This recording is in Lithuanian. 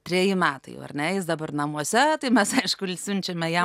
treji metai jau ar ne jis dabar namuose tai mes aišku l siunčiame jam